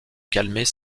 calmer